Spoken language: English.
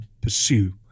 pursue